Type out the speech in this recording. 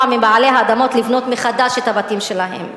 מבעלי האדמות לבנות מחדש את הבתים שלהם.